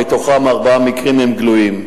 מתוכם ארבעה מקרים הם גלויים.